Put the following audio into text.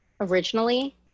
originally